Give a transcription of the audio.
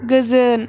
गोजोन